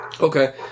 Okay